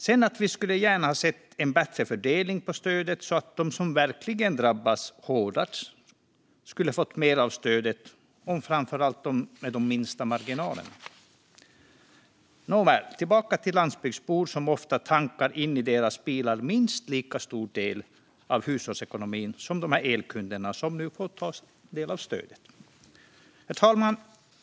Sedan skulle vi gärna ha sett en bättre fördelning av stödet så att de som verkligen drabbas hårdast skulle ha fått mer av stödet, och framför allt de med de minsta marginalerna. Nåväl, tillbaka till landsbygdsbor som ofta tankar in i sina bilar minst lika stor andel av hushållsekonomin som elkunderna som nu får ta del av stödet. Herr talman!